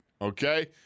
okay